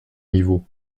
niveau